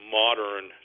modern